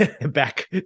back